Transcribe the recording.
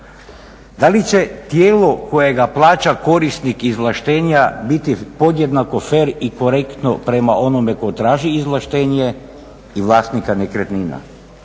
Da li će tijelo kojega plaća korisnik izvlaštenja biti podjednako fer i korektno prema onome tko traži izvlaštenja i vlasnika nekretnina,